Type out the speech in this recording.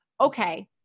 okay